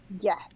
Yes